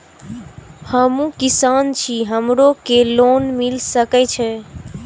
हमू किसान छी हमरो के लोन मिल सके छे?